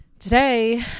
Today